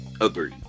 agree